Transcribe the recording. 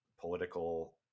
political